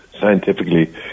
scientifically